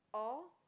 or